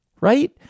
right